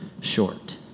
short